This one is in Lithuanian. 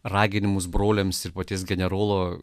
raginimus broliams ir paties generolo